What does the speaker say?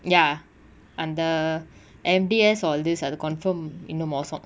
ya அந்த:antha M_D_S all these அது:athu confirmed இன்னு மோசோ:innu moso